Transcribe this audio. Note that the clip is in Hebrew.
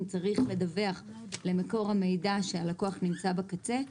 צריך לדווח למקור המידע שהלקוח נמצא בקצה.